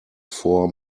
four